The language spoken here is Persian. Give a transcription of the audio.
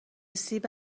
سیب